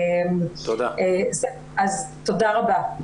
תודה רבה.